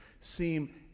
seem